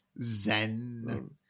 zen